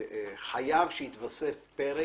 שחייב שיתווסף פרק.